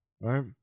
right